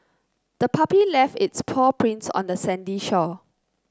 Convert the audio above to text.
the puppy left its paw prints on the sandy shore